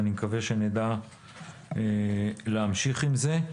אני מקווה שנדע להמשיך עם זה.